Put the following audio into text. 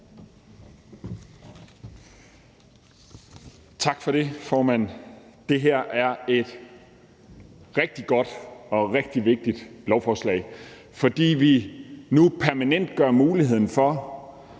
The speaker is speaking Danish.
Tak for det, formand. Det her er et rigtig godt og rigtig vigtigt lovforslag, fordi vi nu permanentgør muligheden for,